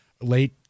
late